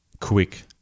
quick